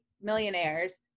millionaires